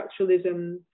structuralism